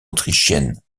autrichienne